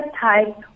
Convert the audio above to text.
type